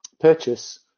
purchase